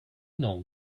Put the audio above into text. know